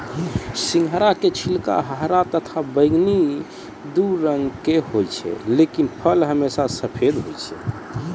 सिंघाड़ा के छिलका हरा तथा बैगनी दू रंग के होय छै लेकिन फल हमेशा सफेद होय छै